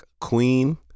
queen